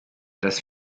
das